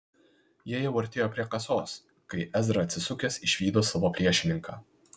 jie jau artėjo prie kasos kai ezra atsisukęs išvydo savo priešininką